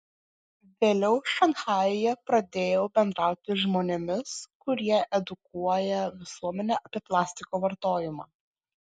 vėliau šanchajuje pradėjau bendrauti žmonėmis kurie edukuoja visuomenę apie plastiko vartojimą